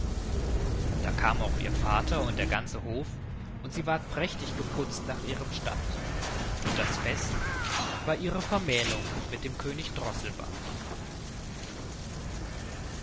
da kam auch ihr vater und der ganze hof und sie ward prächtig geputzt nach ihrem stand und das fest war ihre vermählung mit dem könig